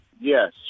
yes